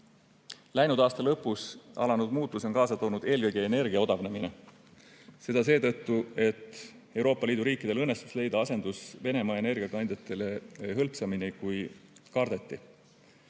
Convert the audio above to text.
Läinud aasta lõpus alanud muutuse on kaasa toonud eelkõige energia odavnemine. Seda seetõttu, et Euroopa Liidu riikidel õnnestus leida asendus Venemaa energiakandjatele hõlpsamini, kui kardeti.